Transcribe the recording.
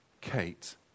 Kate